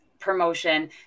promotion